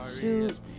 shoot